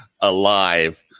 alive